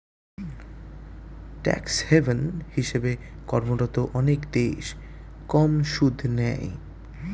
tax haven হিসেবে কর্মরত অনেক দেশ কম সুদ নেয়